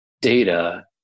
data